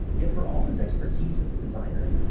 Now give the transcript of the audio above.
yet for all his expertise as a designer,